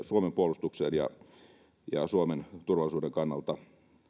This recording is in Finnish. suomen puolustukseen ja ja suomen turvallisuuden kannalta